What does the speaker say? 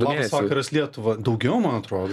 labas vakaras lietuva daugiau man atrodo